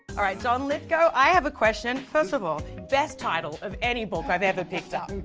all right, john lithgow, i have a question. first of all, best title of any book i've ever picked up.